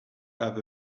have